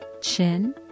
chin